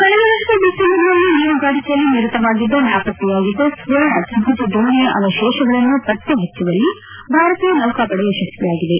ಕಳೆದ ವರ್ಷ ಡಿಸೆಂಬರ್ನಲ್ಲಿ ಮೀನುಗಾರಿಕೆಯಲ್ಲಿ ನಿರತವಾಗಿದ್ದಾಗ ನಾಪತ್ತೆಯಾಗಿದ್ದ ಸುವರ್ಣ ತ್ರಿಭುಜ ದೋಣಿಯ ಅವಶೇಷಗಳನ್ನು ಪತ್ತೆಪಚ್ಚುವಲ್ಲಿ ಭಾರತೀಯ ನೌಕಾಪಡೆ ಯಶಸ್ವಿಯಾಗಿದೆ